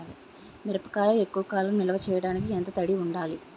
మిరపకాయ ఎక్కువ కాలం నిల్వ చేయటానికి ఎంత తడి ఉండాలి?